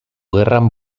gerran